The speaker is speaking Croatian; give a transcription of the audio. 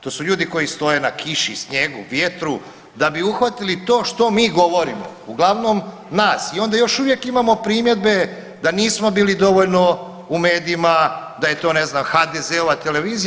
To su ljudi koji stoje na kiši, snijegu, vjetru da bi uhvatili to što mi govorimo, uglavnom nas i onda još uvijek imamo primjedbe da nismo bili dovoljno u medijima, da je to HDZ-ova televizija.